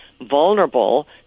vulnerable